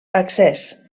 accés